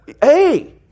hey